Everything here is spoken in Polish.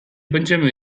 będziemy